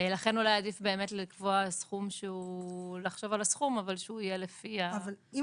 לכן אולי עדיף לחשוב על הסכום אבל שהוא יהיה לפי --- נניח